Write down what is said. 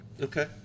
Okay